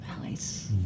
valleys